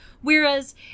Whereas